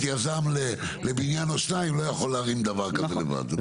יזם לבניין או שניים לא יכול להרים דבר כזה לבד.